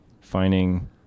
finding